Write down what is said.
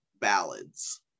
ballads